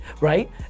right